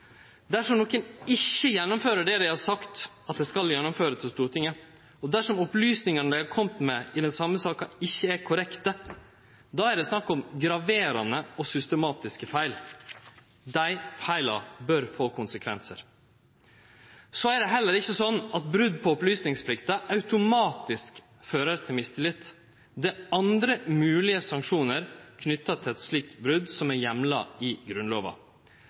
Dersom nokon ikkje gjennomfører det dei har sagt til Stortinget at dei skal gjennomføre, og dersom opplysningane dei har kome med i den same saka, ikkje er korrekte, er det snakk om graverande og systematiske feil. Dei feila bør få konsekvensar. Det er heller ikkje slik at brot på opplysningsplikta automatisk fører til mistillit. Det er andre moglege sanksjonar knytte til eit slikt brot heimla i Grunnlova.